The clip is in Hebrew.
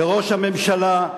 לראש הממשלה,